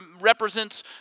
represents